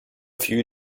few